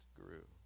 grew